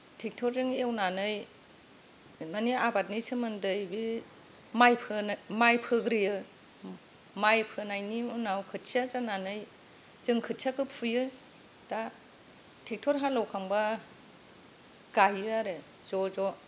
ट्रेक्टरजों एवनानै माने आबादनि सोमोन्दै बि माइ फोनो माइ फोग्रोयो माइ फोनायनि उनाव खोथिया जानानै जों खोथियाखौ फुयो दा ट्रेक्टर हालेवखांब्ला गायो आरो ज' ज'